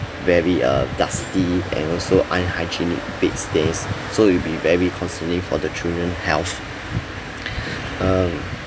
very uh dusty and also unhygienic beds stains so it'll be very concerning for the children health um